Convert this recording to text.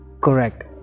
correct